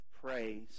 praise